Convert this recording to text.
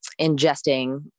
ingesting